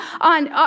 on